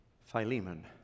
Philemon